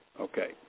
Okay